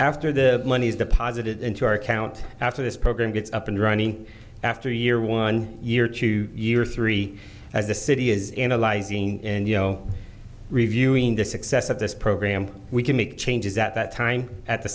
after the monies deposited into our account after this program gets up and running after a year one year to year three as the city is in a lysine and you know reviewing the success of this program we can make changes at that time at the